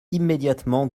immédiatement